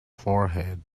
forehead